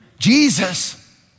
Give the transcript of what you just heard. Jesus